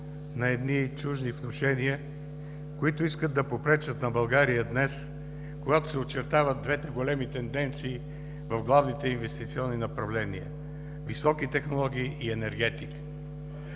на чужди внушения, които искат да попречат на България днес, когато се очертават двете големи тенденции в главните инвестиционни направления – високи технологии и енергетика?